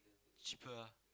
cheaper ah